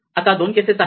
आता दोन केसेस आहेत